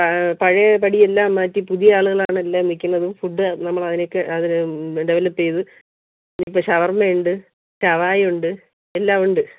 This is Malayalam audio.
പഴയ പടി എല്ലാം മാറ്റി പുതിയ ആളുകളാണ് എല്ലാം നിൽക്കുന്നതും ഫുഡ്ഡ് നമ്മളതിനൊക്കെ അതിന് ഡെവലപ്പ് ചെയ്ത് ഇപ്പം ഷവർമ്മയുണ്ട് ശവായി ഉണ്ട് എല്ലാം ഉണ്ട്